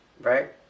Right